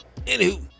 Anywho